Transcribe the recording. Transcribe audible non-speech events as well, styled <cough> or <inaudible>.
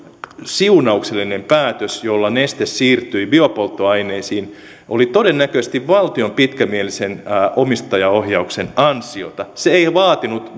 siunauksellinen päätös jolla neste siirtyi biopolttoaineisiin oli todennäköisesti valtion pitkämielisen omistajaohjauksen ansiota se ei vaatinut <unintelligible>